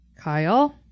Kyle